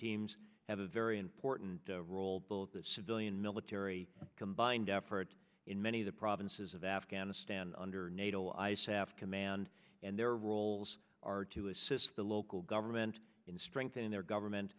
teams have a very important role the civilian military combined effort in many of the provinces of afghanistan under nato eyes have command and their roles are to assist the local government in strengthening their government